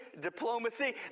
diplomacy